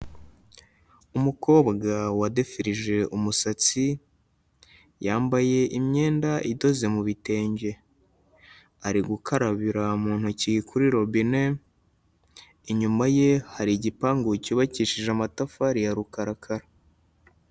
Umukobwa wadefirije umusatsi, yambaye imyenda idoze mu bitenge, ari gukarabira mu ntoki kuri robine, inyuma ye hari igipangu cyubakishije amatafari ya rukarakara.